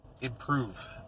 improve